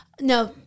No